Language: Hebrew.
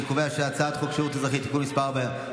אני קובע שהצעת חוק שירות אזרחי (תיקון מס' 4),